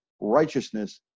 righteousness